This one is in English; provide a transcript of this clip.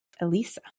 Elisa